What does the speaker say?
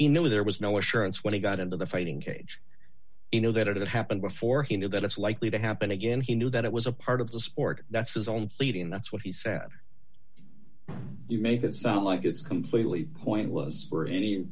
you know there was no assurance when he got into the fighting cage you know that it happened before he knew that it's likely to happen again he knew that it was a part of the sport that's his own pleading that's what he said you make it sound like it's completely pointless for any